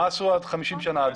מה עשו 50 שנה עד היום?